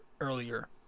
earlier